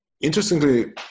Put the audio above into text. interestingly